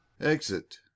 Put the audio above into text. exit